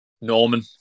Norman